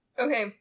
Okay